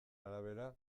arabera